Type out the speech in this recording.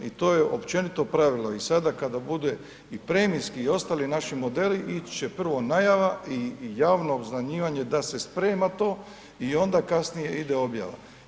I to je općenito pravilo i sada kada bude i premijski i ostali naši modeli ići će prvo najava i javno obznanjivanje da se sprema to i onda kasnije ide objava.